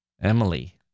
Emily